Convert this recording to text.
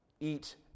Eat